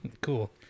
Cool